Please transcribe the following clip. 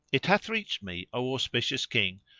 it hath reached me, o auspicious king,